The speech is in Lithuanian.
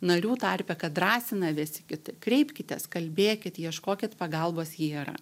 narių tarpe kad drąsina visi kiti kreipkitės kalbėkit ieškokit pagalbos ji yra